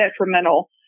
detrimental